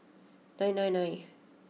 nine nine nine